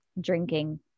drinking